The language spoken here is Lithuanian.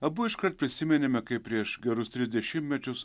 abu iškart prisiminėme kaip prieš gerus tris dešimtmečius